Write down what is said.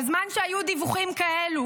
בזמן שהיו דיווחים כאלה,